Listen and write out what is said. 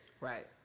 Right